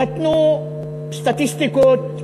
נתנו סטטיסטיקות,